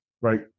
right